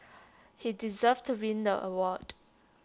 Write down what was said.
he deserved to win the award